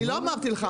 אני לא אמרתי לך,